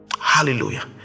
hallelujah